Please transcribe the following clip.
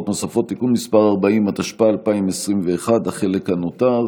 ארבל, איננו, חבר הכנסת ניצן הורביץ,